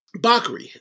Bakri